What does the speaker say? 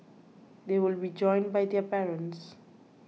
they will be joined by their parents